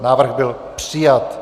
Návrh byl přijat.